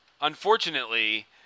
Unfortunately